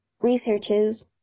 researches